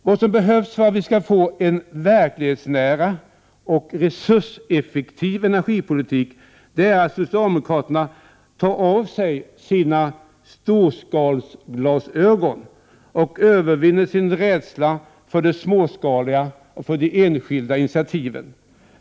Vad som behövs för att vi skall få en verklighetsnära och resurseffektiv energipolitik är att socialdemokraterna tar av sig sina ”storskalsglasögon” och övervinner sin rädsla för det småskaliga och de enskilda initiativen.